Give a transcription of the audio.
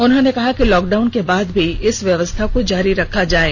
उन्होंने कहा कि लॉकडाउन के बाद भी इस व्यवस्था को जारी रखा जाये